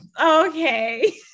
okay